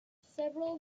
several